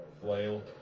Flail